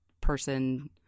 person